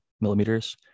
millimeters